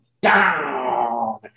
down